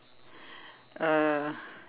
uh